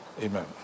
amen